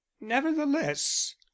nevertheless